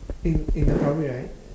in in the public right